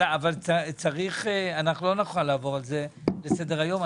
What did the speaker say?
אבל אנחנו לא נוכל לעבור על זה לסדר היום.